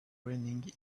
running